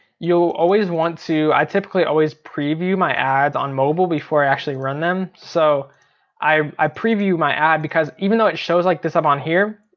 you'll always want to, i typically always preview my ads on mobile before i actually run them. so i preview my ad, because even though it shows like this up on here,